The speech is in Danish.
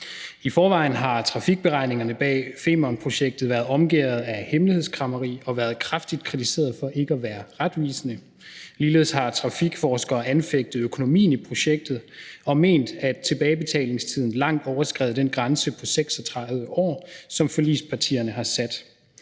I forvejen har trafikberegningerne bag Femernprojektet været omgærdet af hemmelighedskræmmeri og været kraftigt kritiseret for ikke at være retvisende. Ligeledes har trafikforskere anfægtet økonomien i projektet og ment, at tilbagebetalingstiden langt overskred den grænse på 36 år, som forligspartierne har sat.